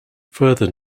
further